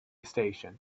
station